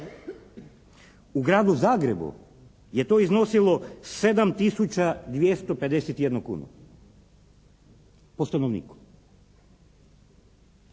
U Gradu Zagrebu je to iznosilo 7 tisuća 251 kunu po stanovniku.